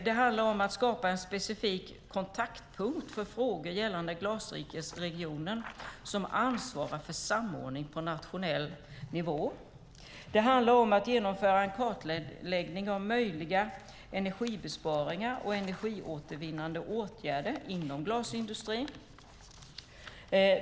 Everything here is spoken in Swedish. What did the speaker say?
Det handlar om att skapa en specifik kontaktpunkt för frågor gällande glasrikeregionen som ansvarar för samordning på nationell nivå. Det handlar om att genomföra en kartläggning av möjliga energibesparingar och energiåtervinnande åtgärder inom glasindustrin.